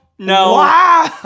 No